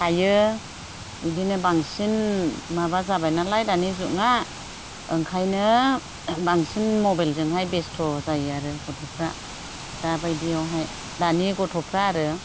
थायो बेदिनो बांसिन माबा जाबाय नालाय दानि जुगा ओंखायनो बांसिन मबाइलजों बेस्थ' जायो आरो गथ'फ्रा दा बायदियावहाय दानि गथ'फ्रा आरो